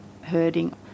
herding